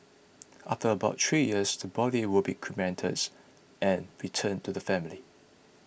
after about three years the body will be cremates and returned to the family